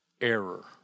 error